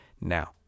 now